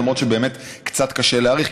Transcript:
למרות שבאמת קצת קשה להעריך,